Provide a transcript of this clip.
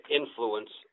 influence